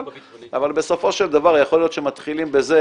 אבל בסופו של דבר יכול להיות שמתחילים בזה,